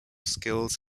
skills